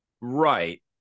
Right